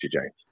James